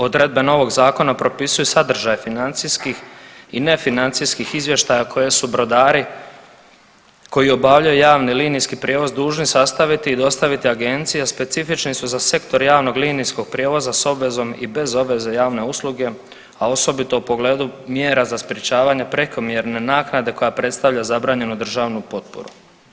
Odredbe novog zakona propisuju sadržaj financijskih i nefinancijskih izvještaja koje su brodari koji obavljaju javni linijski prijevoz dužni sastaviti i dostaviti agenciji, specifični su za sektor javnog linijskog prijevoza s obvezom i bez obveze javne usluge, a osobito u pogledu mjera za sprječavanje prekomjerne naknade koja predstavlja zabranjenu državnu potporu.